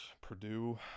purdue